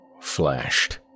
flashed